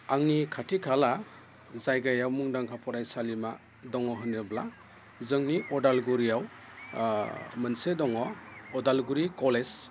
आंनि खाथि खाला जायगायाव मुंदांखा फरायसालिमा दङ होनोब्ला जोंनि अदालगुरियाव मोनसे दङ अदालगुरि कलेज